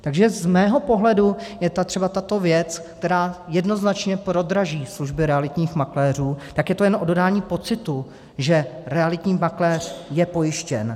Takže z mého pohledu je třeba tato věc, která jednoznačně prodraží služby realitních makléřů, tak je to jen o dodání pocitu, že realitní makléř je pojištěn.